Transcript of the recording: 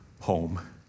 home